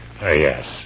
Yes